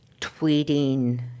tweeting